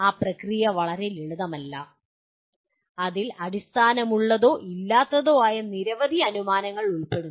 ആ പ്രക്രിയ വളരെ ലളിതമല്ല അതിൽ അടിസ്ഥാനമുള്ളതോ ഇല്ലാത്തതോ ആയ നിരവധി അനുമാനങ്ങൾ ഉൾപ്പെടുന്നു